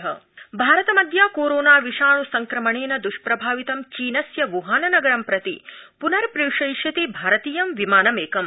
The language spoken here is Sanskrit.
चीनदेश कोरोना भारतमद्य कोरोना विषाण् संक्रमणेन द्ष्प्रभावितं चीनस्य व्हाननगरं प्रति प्नर्प्रेषयति भारतीयं विमानमेकम्